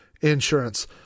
insurance